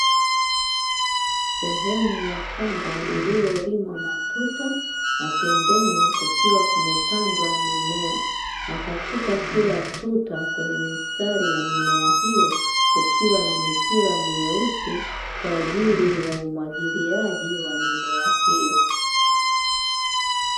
Sehemu ya shamba lililolimwa matuta na pembeni kukiwa kumepandwa mimea, na katika kila tuta kwenye mistari ya mimea hiyo kukiwa na mipira myeusi kwa ajili ya umwagiliaji wa mimea hiyo.